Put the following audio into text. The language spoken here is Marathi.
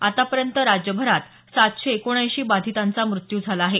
आतापर्यंत राज्यभरात सातशे एकोणऐंशी बाधितांचा मृत्यू झाला आहे